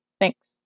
thanks